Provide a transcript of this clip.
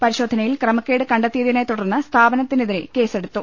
പരിശോധനയിൽ ക്രമക്കേട് കണ്ടെത്തിയതിനെ തുടർന്ന് സ്ഥാപനത്തിനെതിരെ കേസെടുത്തു